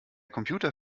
computer